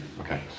Okay